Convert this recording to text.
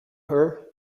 her